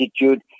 attitude